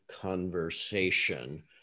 conversation